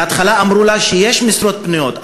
בהתחלה אמרו לה שיש משרות פנויות,